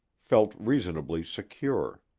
felt reasonably secure.